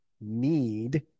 need